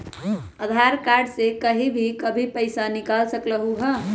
आधार card से कहीं भी कभी पईसा निकाल सकलहु ह?